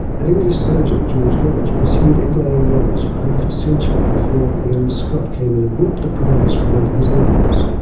an english surgeon, george bennett pursued egg-laying mammals for half a century before a young scot came in and whipped the prize from under his nose.